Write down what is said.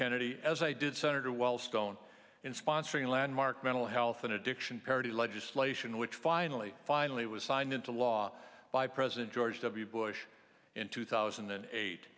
kennedy as i did senator wellstone in sponsoring a landmark mental health an addiction parity legislation which finally finally was signed into law by president george w bush in two thousand and eight